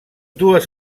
dues